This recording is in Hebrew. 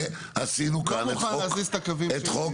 בשביל זה עשינו כאן את תשתית,